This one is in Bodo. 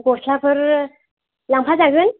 गस्लाफोर लांफाजागोन